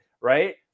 right